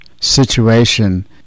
situation